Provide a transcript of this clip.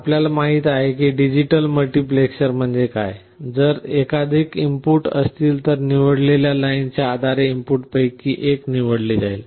आपल्याला माहित आहे की डिजिटल मल्टीप्लेक्सर म्हणजे काय जर एकाधिक इनपुट असतील तर निवडलेल्या लाईन्सच्या आधारे इनपुटपैकी एक निवडली जाईल